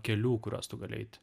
kelių kuriuos tu gali eit